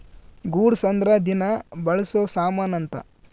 goods ಅಂದ್ರ ದಿನ ಬಳ್ಸೊ ಸಾಮನ್ ಅಂತ